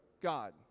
God